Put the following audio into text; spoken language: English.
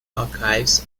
archives